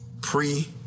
Pre